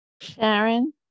sharon